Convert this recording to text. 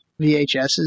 VHSs